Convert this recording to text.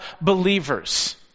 believers